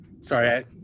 sorry